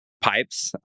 pipes